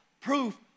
proof